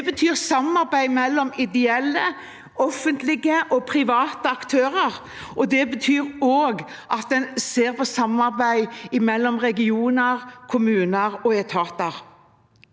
Det betyr samarbeid mellom ideelle, offentlige og private aktører, og det betyr også at en ser på samarbeid mellom regioner, kommuner og etater.